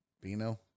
Bino